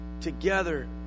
together